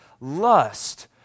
Lust